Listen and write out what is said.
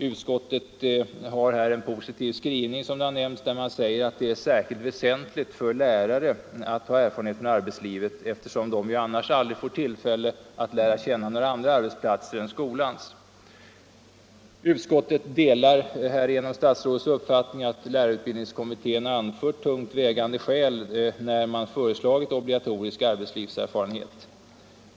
Utskottet har här, som nämnts, en positiv skrivning, där utskottet säger att det är särskilt väsentligt för lärare att ha erfarenhet från arbetslivet, eftersom de annars aldrig får tillfälle att lära känna några andra arbetsplatser än skolans. Utskottet delar statsrådets uppfattning att lärarutbildningskommittén anfört tungt vägande skäl när man föreslagit obligatorisk arbetslivserfarenhet.